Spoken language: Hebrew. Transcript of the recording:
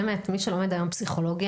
באמת מי שלומד היום פסיכולוגיה,